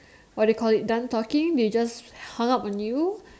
what you call it done talking they just hung up on you